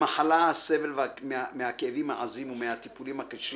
המחלה, הסבל מהכאבים העזים ומהטיפולים הקשים